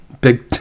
big